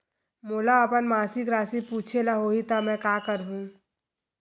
मोला अपन मासिक राशि पूछे ल होही त मैं का करहु?